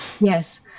Yes